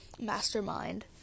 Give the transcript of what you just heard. mastermind